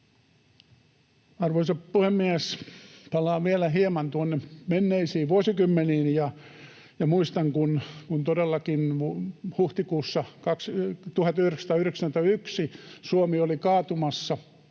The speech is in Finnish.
Arvoisa puhemies! Palaan vielä hieman tuonne menneisiin vuosikymmeniin ja muistan, kun todellakin huhtikuussa 1992 Suomi oli kaatumassa,